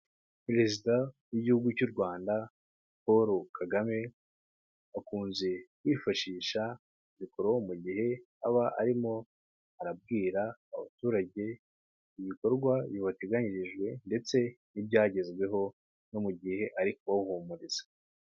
Perezida w'igihugu cy'u Rwanda Paul Kagame, akunze kwifashisha mikoro mu gihe aba arimo arabwira abaturage ibikorwa bibateganyirijwe ndetse n'ibyagezweho, no mu gihe ari kubawuhumuriza.